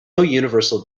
universal